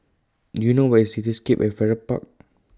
Do YOU know Where IS Cityscape At Farrer Park